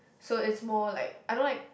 so it's more like I don't like